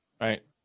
right